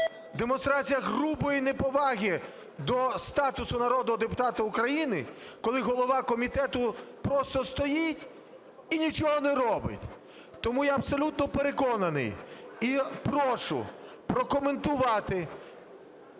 демонстрація грубої неповаги до статусу народного депутата України, коли голова комітету просто стоїть і нічого не робить. Тому я абсолютно переконаний і прошу прокоментувати